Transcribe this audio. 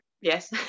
yes